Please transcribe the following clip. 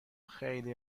خیلی